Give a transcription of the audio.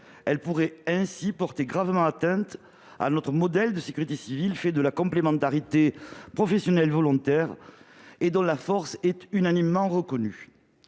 Elle pourrait ainsi porter gravement atteinte à notre modèle de sécurité civile, fait de la complémentarité entre professionnels et volontaires, dont la force est unanimement reconnue.